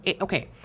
okay